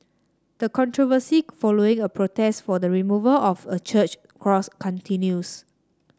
the controversy following a protest for the removal of a church cross continues